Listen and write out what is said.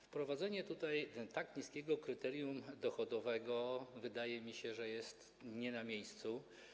Wprowadzenie tutaj tak niskiego kryterium dochodowego, wydaje mi się, jest nie na miejscu.